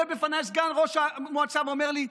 סגן ראש המועצה ואומר לי: